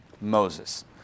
Moses